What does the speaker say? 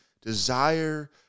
desire